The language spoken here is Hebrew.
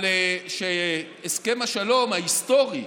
שהסכם השלום ההיסטורי,